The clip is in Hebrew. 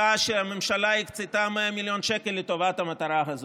הממשלה הקצתה 100 מיליון שקל לטובת המטרה הזאת.